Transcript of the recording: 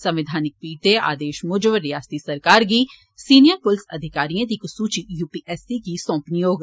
संवैधानिक पीठ दे आदेश मूजब रियासती सरकार गी सिनियर पुलस अधिकारिए दी इक सूचि यू पी एस सी गी सौंपनी होग